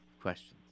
questions